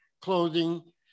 clothing